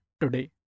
today